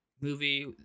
movie